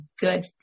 good